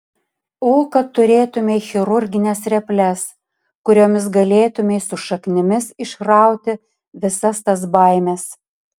o kad turėtumei chirurgines reples kuriomis galėtumei su šaknimis išrauti visas tas baimes